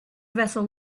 vessel